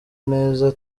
neza